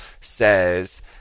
says